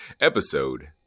Episode